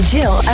Jill